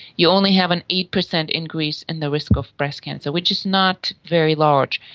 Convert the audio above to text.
you only have an eight percent increase in the risk of breast cancer, which is not very large.